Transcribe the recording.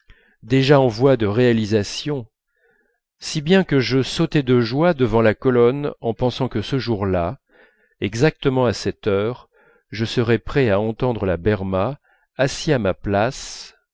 déjà en voie de réalisation si bien que je sautai de joie devant la colonne en pensant que ce jour-là exactement à cette heure je serais prêt à entendre la berma assis à ma place